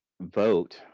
Vote